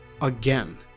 again